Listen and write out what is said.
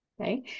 Okay